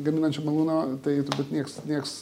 gaminančio malūno tai turbūt nieks nieks